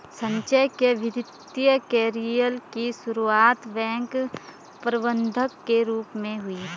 संजय के वित्तिय कैरियर की सुरुआत बैंक प्रबंधक के रूप में हुई